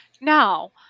Now